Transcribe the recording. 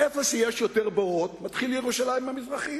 איפה שיש יותר בורות, מתחילה ירושלים המזרחית.